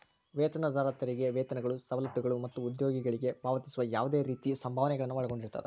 ವೇತನದಾರ ತೆರಿಗೆ ವೇತನಗಳು ಸವಲತ್ತುಗಳು ಮತ್ತ ಉದ್ಯೋಗಿಗಳಿಗೆ ಪಾವತಿಸುವ ಯಾವ್ದ್ ರೇತಿ ಸಂಭಾವನೆಗಳನ್ನ ಒಳಗೊಂಡಿರ್ತದ